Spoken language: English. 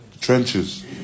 Trenches